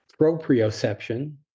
proprioception